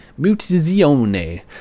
Mutazione